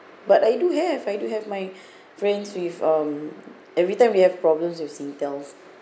but I do have I do have my friends with um everytime we have problems with singtel